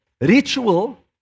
Ritual